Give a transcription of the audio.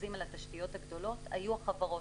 המכרזים לתשתיות הגדולות היו החברות.